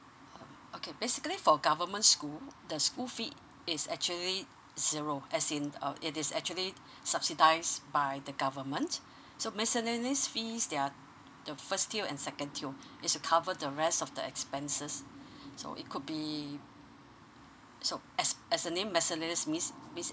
oh okay basically for government school the school fee is actually zero as in um it is actually subsidized by the government so miscellaneous fees they are the first tier and second tier is to cover the rest of the expenses so it could be so as as a name miscellaneous means